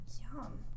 Yum